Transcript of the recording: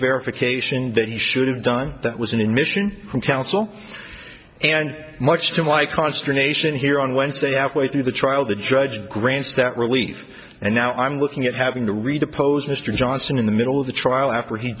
verification that he should have done that was in in mission counsel and much to my consternation here on wednesday have way through the trial the judge grants that relief and now i'm looking at having to read oppose mr johnson in the middle of the trial after he